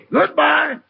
Goodbye